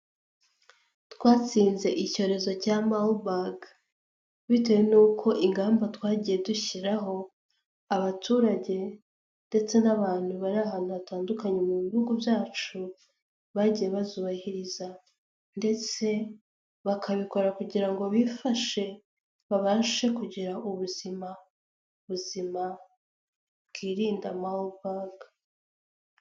Twatsinze icyorezo cya Marburg, bitewe n'uko ingamba twagiye dushyiraho, abaturage, ndetse n'abantu bari ahantu hatandukanye mu bihugu byacu, bagiye bazubahiriza, ndetse bakabikora kugira ngo bifashe, babashe kugira ubuzima buzima, bwirinda Marburg.